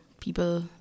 people